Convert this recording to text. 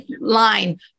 line